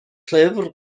llyfr